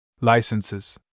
Licenses